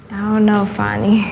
oh no funny